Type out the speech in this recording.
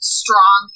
strong